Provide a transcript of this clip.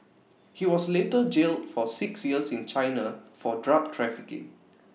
he was later jailed for six years in China for drug trafficking